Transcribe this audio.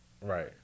Right